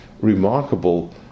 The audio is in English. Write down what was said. remarkable